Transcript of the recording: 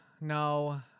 no